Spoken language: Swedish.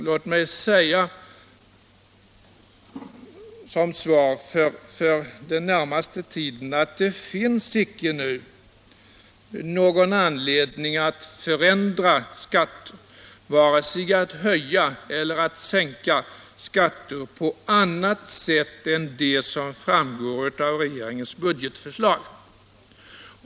Låt mig säga att det för den närmaste framtiden icke finns någon anledning att förändra skatter, vare sig höja eller sänka skatter, på annat sätt än det som framgår av regeringens budgetförslag.